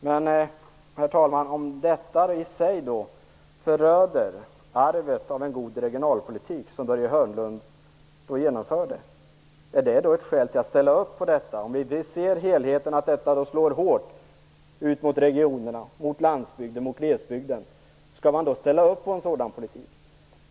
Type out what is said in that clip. Men, herr talman, om detta i sig föröder arvet av en god regionalpolitik, den regionalpolitik som Börje Hörnlund genomförde, finns det då skäl för Kjell Ericsson att ställa upp på detta? Vi ser helheten, att dessa förslag slår hårt mot regionerna, mot landsbygden, mot glesbygden - skall man då ställa upp på en sådan politik?